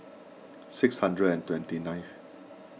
six hundred and twenty nine